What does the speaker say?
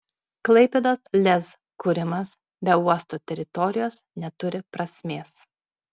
klaipėdos lez kūrimas be uosto teritorijos neturi prasmės